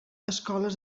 escoles